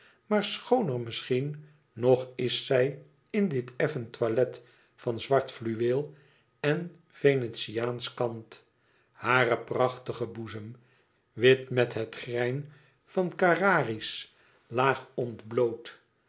maar schooner misschien nog is zij in dit effen toilet van zwart fluweel en venetiaansche kant haren prachtigen boezem wit met het grein van carrarisch laag ontbloot